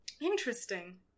Interesting